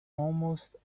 almost